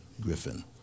Griffin